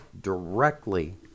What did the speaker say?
directly